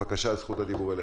בבקשה, זכות הדיבור אליך.